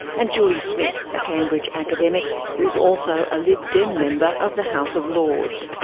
and julie smith, a cambridge academic who is also a lib-dem member of the house of lords.